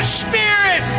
spirit